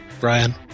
Brian